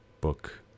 book